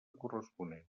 corresponent